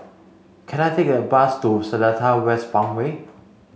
can I take a bus to Seletar West Farmway